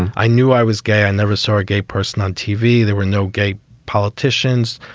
and i knew i was gay and never saw a gay person on tv. there were no gay politicians,